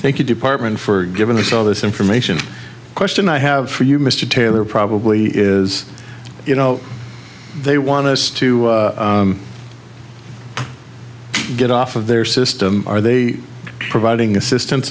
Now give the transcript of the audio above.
you department for giving us all this information question i have for you mr taylor probably is you know they want us to get off of their system are they providing assistance